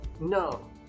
no